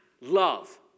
love